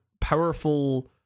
powerful